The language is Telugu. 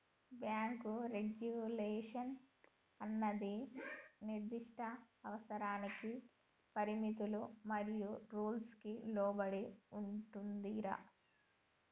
బ్యాంకు రెగ్యులేషన్ అన్నది నిర్దిష్ట అవసరాలకి పరిమితులు మరియు రూల్స్ కి లోబడి ఉంటుందిరా